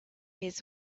his